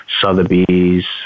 Sotheby's